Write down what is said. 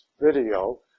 video